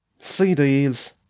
cds